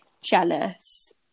jealous